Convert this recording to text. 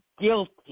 guilty